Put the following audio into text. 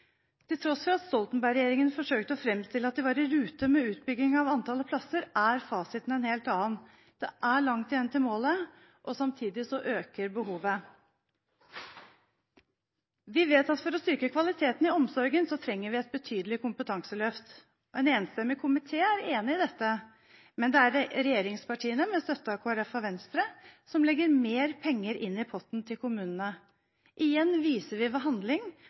Til tross for at Stoltenberg-regjeringen forsøkte å framstille det som at de var i rute med utbyggingen av antallet plasser, er fasiten en helt annen. Det er langt igjen til målet, og samtidig øker behovet. Vi vet at for å styrke kvaliteten i omsorgen trenger vi et betydelig kompetanseløft. En enstemmig komité er enig i dette, men det er regjeringspartiene, med støtte av Kristelig Folkeparti og Venstre, som legger mer penger inn i potten til kommunene. Igjen viser vi ved handling